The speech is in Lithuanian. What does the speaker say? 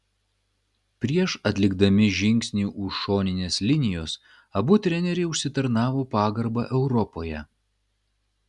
prieš atlikdami žingsnį už šoninės linijos abu treneriai užsitarnavo pagarbą europoje